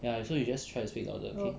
ya so you just try to speaker louder okay